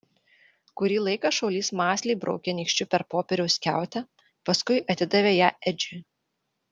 kurį laiką šaulys mąsliai braukė nykščiu per popieriaus skiautę paskui atidavė ją edžiui